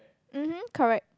mmhmm correct